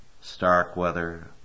starkweather